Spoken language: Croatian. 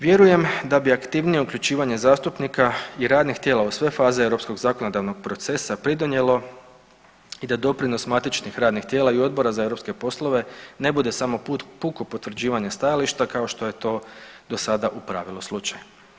Vjerujem da bi aktivnije uključivanje zastupnika i radnih tijela u sve faze europskog zakonodavnog procesa pridonijelo i da doprinos matičnih radnih tijela i Odbora za europske poslove ne bude samo puko potvrđivanje stajališta kao što je to do sada u pravilu slučaj.